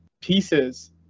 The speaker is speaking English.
pieces